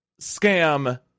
scam